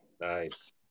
Nice